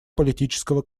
политического